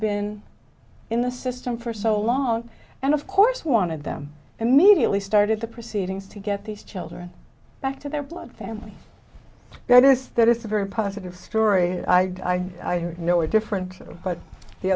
been in the system for so long and of course one of them immediately started the proceedings to get these children back to their blood family goodness that is a very positive story i know is different but the